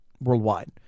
worldwide